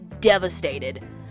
devastated